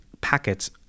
packets